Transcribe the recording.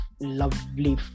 lovely